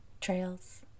Trails